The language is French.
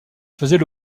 faisait